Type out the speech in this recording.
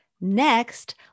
Next